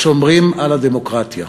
שומרים על הדמוקרטיה".